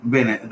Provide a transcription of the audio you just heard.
Bene